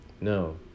No